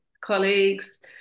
colleagues